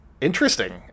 interesting